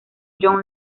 young